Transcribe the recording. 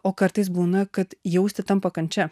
kartais būna kad jausti tampa kančia